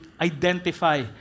identify